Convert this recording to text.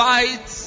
Fight